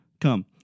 Come